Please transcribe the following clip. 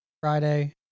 Friday